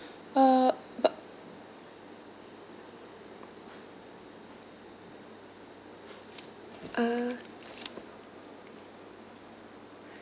uh but uh